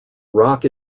rock